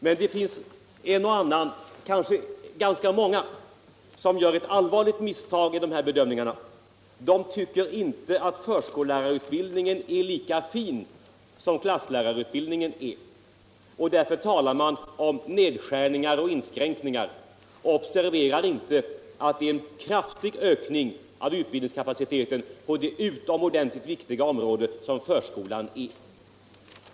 Men det finns en och annan, kanske ganska många, som gör ett allvarligt misstag i dessa bedömningar. De tycker inte att förskollärarutbildningen är lika fin som klasslärarutbildningen. Därför talar de om nedskärningar och inskränkningar och observerar inte att det är en kraftig ökning av utbildningskapaciteten på det utomordentligt viktiga området som förskolan är.